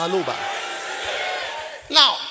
Now